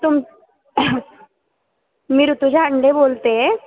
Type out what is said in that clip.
तुम मी ऋतूजा अंडे बोलते